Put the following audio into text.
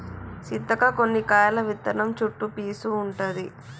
సీతక్క కొన్ని కాయల విత్తనం చుట్టు పీసు ఉంటది